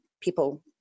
people